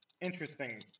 interesting